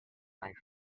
night